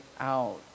out